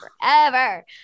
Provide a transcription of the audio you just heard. forever